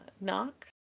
Knock